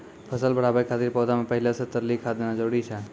फसल बढ़ाबै खातिर पौधा मे पहिले से तरली खाद देना जरूरी छै?